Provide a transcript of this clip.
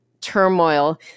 turmoil